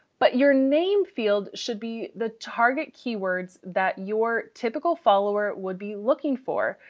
but your name field should be the target keywords that your typical follower would be looking for.